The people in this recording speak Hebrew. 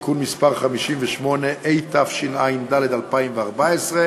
(תיקון מס' 58), התשע"ד 2014,